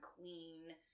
clean